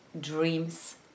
dreams